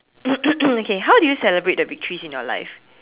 okay how do you celebrate the victories in your life